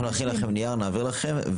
אנחנו נכין לכם נייר ונעביר לכם.